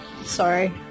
Sorry